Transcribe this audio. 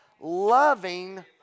loving